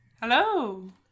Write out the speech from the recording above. Hello